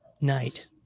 night